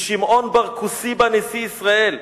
משמעון בר-כוסיבא נשיא ישראל.